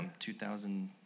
2000